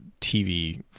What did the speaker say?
TV